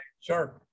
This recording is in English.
Sure